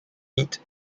meat